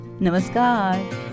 namaskar